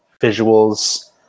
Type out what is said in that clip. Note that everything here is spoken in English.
visuals